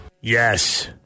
yes